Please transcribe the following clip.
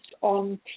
on